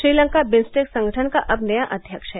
Sri Lanka BIMSTEC संगठन का अब नया अध्यक्ष है